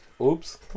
Oops